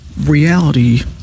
reality